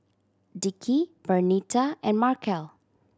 Dickie Bernita and Markell